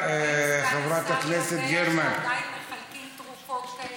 האם סגן השר יודע שעדיין מחלקים תרופות כאלה